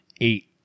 eight